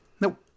Nope